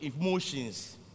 emotions